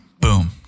boom